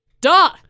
duh